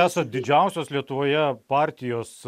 esat didžiausios lietuvoje partijos